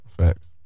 facts